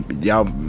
Y'all